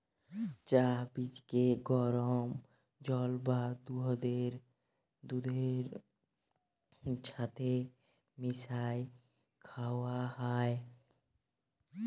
চাঁ বীজকে গরম জল বা দুহুদের ছাথে মিশাঁয় খাউয়া হ্যয়